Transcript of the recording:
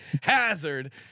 hazard